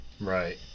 right